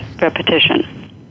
repetition